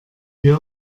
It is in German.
wir